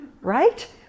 Right